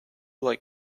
like